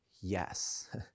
yes